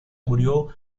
murió